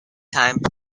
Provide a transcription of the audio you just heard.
time